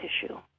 tissue